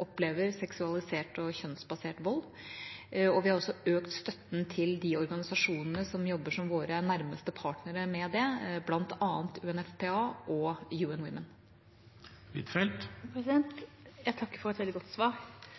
opplever seksualisert og kjønnsbasert vold, og vi har også økt støtten til de organisasjonene som jobber som våre nærmeste partnere med det, bl.a. UNFPA og UN Women. Jeg takker for et veldig godt svar.